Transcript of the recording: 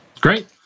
Great